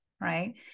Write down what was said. right